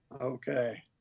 Okay